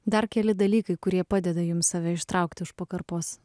dar keli dalykai kurie padeda jums save ištraukti už pakarpos